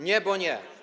Nie, bo nie.